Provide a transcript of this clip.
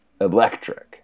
electric